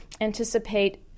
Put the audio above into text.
anticipate